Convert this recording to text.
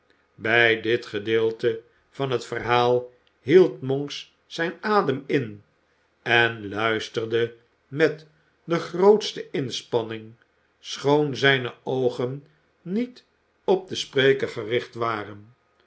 bij dit gedeelte van het verhaal hield monks zijn adem in en luisterde met de grootste inspanning schoon zijne oogen niet op den spreker gericht waren